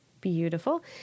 Beautiful